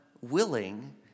willing